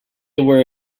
were